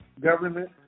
government